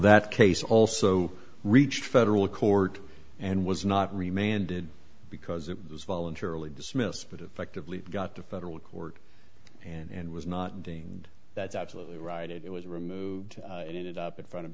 that case also reached federal court and was not remained did because it was voluntarily dismissed but effectively got to federal court and was not deemed that's absolutely right it was removed and ended up in front of